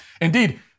Indeed